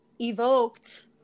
evoked